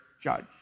judge